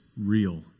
real